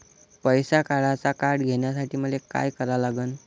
पैसा काढ्याचं कार्ड घेण्यासाठी मले काय करा लागन?